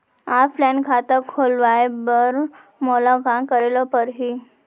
Offline खाता खोलवाय बर मोला का करे ल परही?